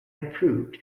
improved